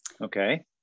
Okay